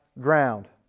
ground